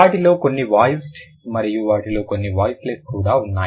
వాటిలో కొన్ని వాయిస్డ్ మరియు వాటిలో కొన్ని వాయిస్లెస్ కూడా ఉన్నాయి